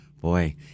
Boy